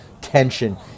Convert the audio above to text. tension